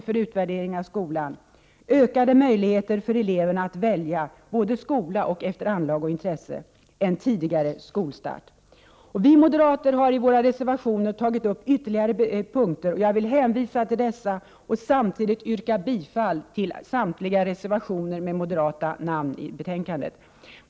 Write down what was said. — Ökade möjligheter för eleverna att välja skola och studieinriktning efter anlag och intresse. Vi moderater har i våra reservationer i betänkandet tagit upp ytterligare punkter, och jag vill hänvisa till dessa och samtidigt yrka bifall till samtliga reservationer med moderata namn.